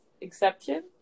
exception